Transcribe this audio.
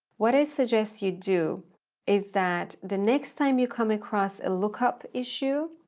what i suggest you do is that the next time you come across a lookup issue,